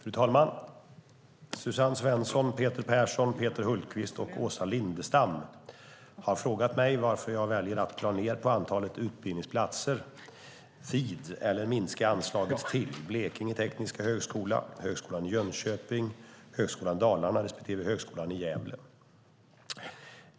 Fru talman! Suzanne Svensson, Peter Persson, Peter Hultqvist och Åsa Lindestam har frågat mig varför jag väljer att dra ned på antalet utbildningsplatser vid eller minska anslaget till Blekinge Tekniska Högskola, Högskolan i Jönköping, Högskolan Dalarna respektive Högskolan i Gävle.